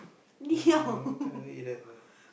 a long long time never eat that leh